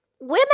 Women